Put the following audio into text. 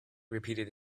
repeated